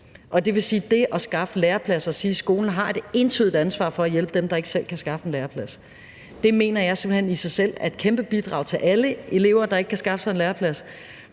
og sige, at skolen har et entydigt ansvar for at hjælpe dem, der ikke selv kan skaffe en læreplads, mener jeg simpelt hen i sig selv er et kæmpe bidrag til alle elever, der ikke kan skaffe sig en læreplads,